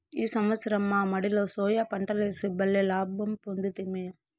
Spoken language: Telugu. ఈ సంవత్సరం మా మడిలో సోయా పంటలేసి బల్లే లాభ పొందితిమి